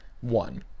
One